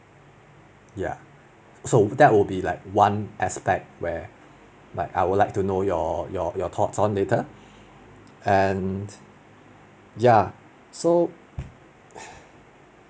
ya so that will be like one aspect where like I would like to know your your your thoughts on later and ya so